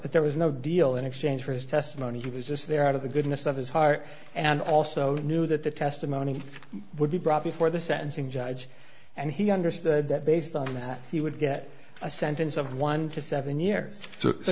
but there was no deal in exchange for his testimony he was just there out of the goodness of his heart and also knew that the testimony would be brought before the sentencing judge and he understood that based on that he would get a sentence of one to seven years so